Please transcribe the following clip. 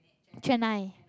chennai